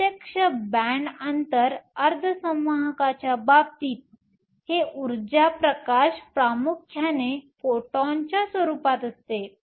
प्रत्यक्ष बॅण्ड अंतर अर्धसंवाहकाच्या बाबतीत हे ऊर्जा प्रकाश प्रामुख्याने फोटॉनच्या स्वरूपात असते